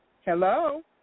Hello